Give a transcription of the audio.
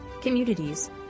communities